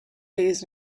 days